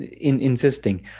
insisting